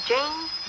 James